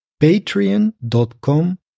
patreon.com